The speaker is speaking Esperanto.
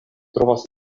trovas